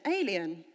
alien